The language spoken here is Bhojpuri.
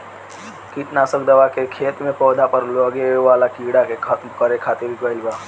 किट नासक दवा के खेत में पौधा पर लागे वाला कीड़ा के खत्म करे खातिर कईल जाला